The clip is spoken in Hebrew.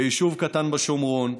ביישוב קטן בשומרון,